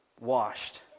washed